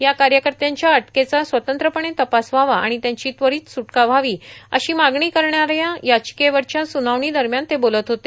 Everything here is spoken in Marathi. या कार्यकर्त्यांच्या अटकेचा स्वतंत्रपणे तपास व्हावा आणि त्यांची त्वरित सुटका व्हावी अशी मागणी करणाऱ्या याचिकेवरच्या स्रनावणीदरम्यान ते बोलत होते